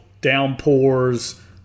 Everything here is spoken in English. downpours